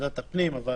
בוועדת הפנים אבל